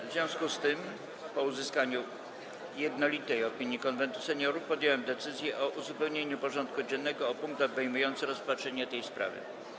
W związku z tym, po uzyskaniu jednolitej opinii Konwentu Seniorów, podjąłem decyzję o uzupełnieniu porządku dziennego o punkt obejmujący rozpatrzenie tej sprawy.